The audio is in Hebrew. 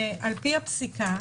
על פי הפסיקה,